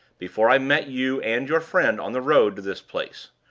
before i met you and your friend on the road to this place,